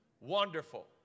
Wonderful